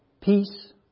peace